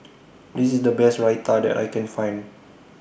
This IS The Best Raita that I Can Find